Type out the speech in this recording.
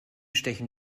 stechen